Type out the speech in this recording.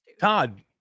Todd